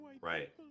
Right